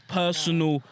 personal